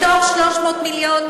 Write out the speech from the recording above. מתוך 300 מיליון,